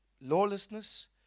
lawlessness